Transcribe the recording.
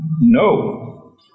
No